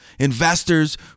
Investors